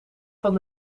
van